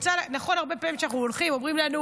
נכון הרבה פעמים כשאנחנו הולכים אז אומרים לנו: